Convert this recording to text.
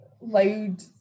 loud